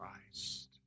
Christ